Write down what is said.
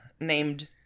named